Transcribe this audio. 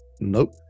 Nope